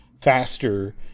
faster